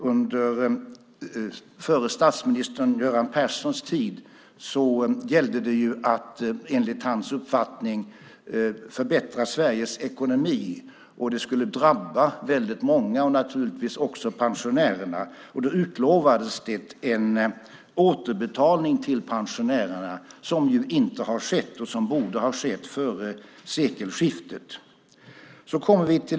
Under den förre statsministern Göran Perssons tid gällde det enligt hans uppfattning att förbättra Sveriges ekonomi. Det skulle drabba väldigt många, och naturligtvis också pensionärerna. Då utlovades det en återbetalning till pensionärerna som inte har skett. Den borde ha skett före sekelskiftet.